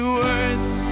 words